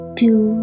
two